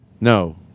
No